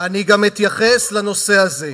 אני אתייחס גם לנושא הזה,